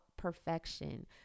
Perfection